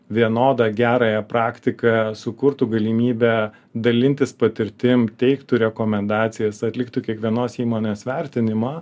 vienodą gerąją praktiką sukurtų galimybę dalintis patirtim teiktų rekomendacijas atliktų kiekvienos įmonės vertinimą